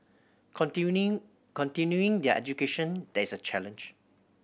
continuing their education there is a challenge